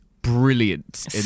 brilliant